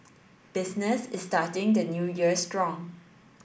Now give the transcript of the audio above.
business is starting the new year strong